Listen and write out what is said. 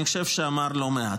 אני חושב שאמר לא מעט.